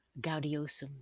gaudiosum